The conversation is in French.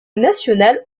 nacional